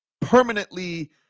permanently